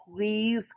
Please